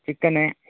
chicken